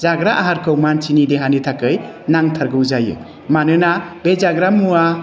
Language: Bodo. जाग्रा आहारखौ मानसिनि देहानि थाखाय नांथारगौ जायो मानोना बे जाग्रा मुवा